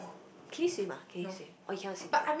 can you swim ah can you swim or you can not swim is it